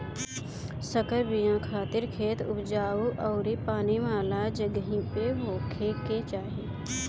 संकर बिया खातिर खेत उपजाऊ अउरी पानी वाला जगही पे होखे के चाही